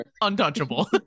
untouchable